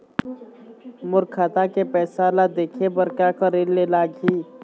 मोर खाता के पैसा ला देखे बर का करे ले लागही?